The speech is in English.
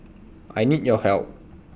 I need your help